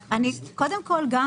קודם כול, גם